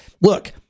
Look